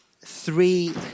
three